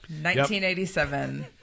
1987